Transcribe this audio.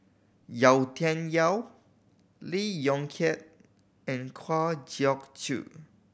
Yau Tian Yau Lee Yong Kiat and Kwa Geok Choo